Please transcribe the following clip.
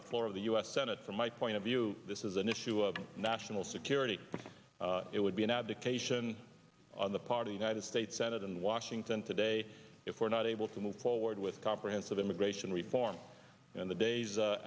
the floor of the u s senate from my point of view this is an issue of national security it would be an abdication on the part of united states senate in washington today if we're not able to move forward with comprehensive immigration reform in the days